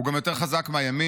הוא גם יותר חזק מהימין,